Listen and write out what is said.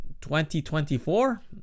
2024